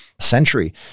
century